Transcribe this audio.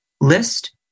list